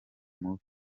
mubi